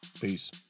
Peace